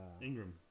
Ingram